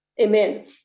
Amen